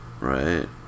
Right